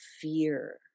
fear